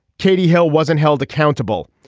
katie hill wasn't held accountable.